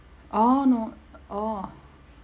orh no orh